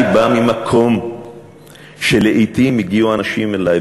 אני בא ממקום שלעתים הגיעו האנשים אלי,